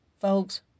Folks